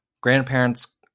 grandparents